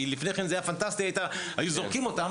כי לפני כן היו זורקים אותם,